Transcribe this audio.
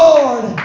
Lord